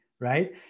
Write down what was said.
right